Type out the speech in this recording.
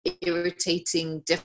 irritating